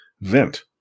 vent